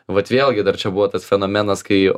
vat vėlgi dar čia buvo tas fenomenas kai